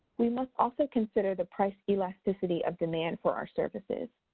we must also consider the price elasticity of demand for our services.